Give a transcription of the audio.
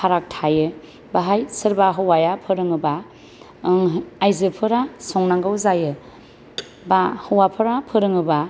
फाराग थायो बेवहाय सोरबा हौवाया फोरोङोबा आयजोफोरा संनांगौ जायो बा हौवाफोरा फोरोङोबा